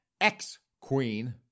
ex-queen